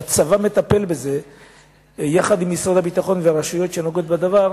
שהצבא מטפל בזה יחד עם משרד הביטחון ועם הרשויות שנוגעות בדבר.